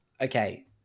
Okay